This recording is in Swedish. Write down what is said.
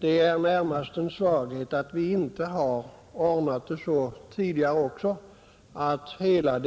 Det är närmast en svaghet att vi inte har ordnat det så tidigare att hela